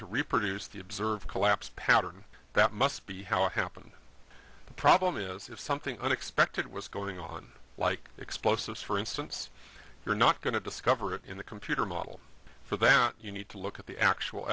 to reproduce the observed collapse pattern that must be how it happened the problem is if something unexpected was going on like explosives for instance you're not going to discover it in the computer model for that you need to look at the actual